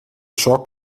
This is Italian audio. ciò